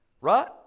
Right